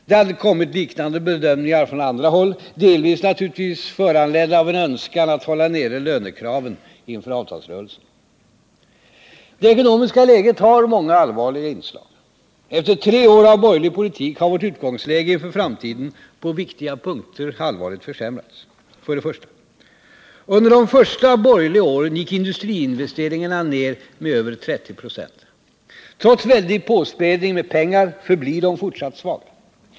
Det har kommit liknande bedömningar från andra håll, delvis naturligtvis föranledda av en önskan att hålla nere lönekraven inför avtalsrörelsen. Det ekonomiska läget har många allvarliga inslag. Efter tre år av borgerlig politik har vårt utgångsläge inför framtiden på viktiga punkter allvarligt försämrats. För det första: under de första borgerliga åren gick industriinvesteringarna ner över 30 96. Trots väldig påspädning med pengar förblir de fortsatt svaga.